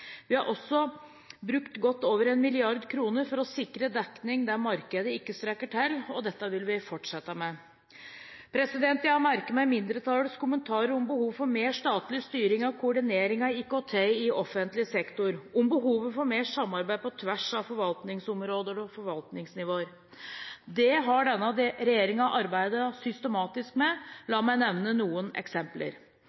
Vi har også brukt godt over en milliard kroner for å sikre dekning der markedet ikke strekker til, og dette vil vi fortsette med. Jeg har merket meg mindretallets kommentarer om behovet for mer statlig styring og koordinering av IKT i offentlig sektor, og om behovet for mer samarbeid på tvers av forvaltningsområder og forvaltningsnivåer. Det har denne regjeringen arbeidet systematisk med.